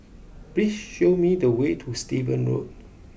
please show me the way to Stevens Road